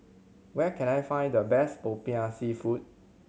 where can I find the best Popiah Seafood